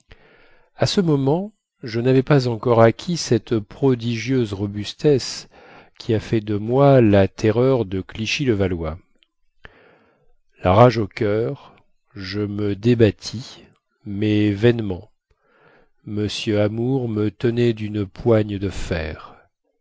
à ce moment je navais pas encore acquis cette prodigieuse robustesse qui a fait de moi la terreur de clichy levallois la rage au coeur je me débattis mais vainement m amour me tenait dune poigne de fer